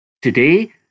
Today